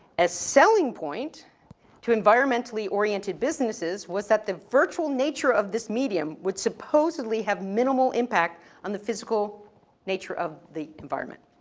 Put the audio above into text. selling point to environmentally oriented businesses was that the virtual nature of this medium would supposedly have minimal impact on the physical nature of the environment.